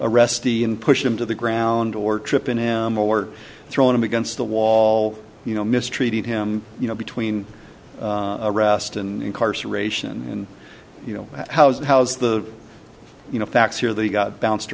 arrestee in push him to the ground or trippin him or thrown him against the wall you know mistreated him you know between arrest and incarceration and you know how's and how's the you know facts here they got bounced